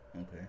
Okay